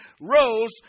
rose